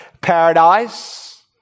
Paradise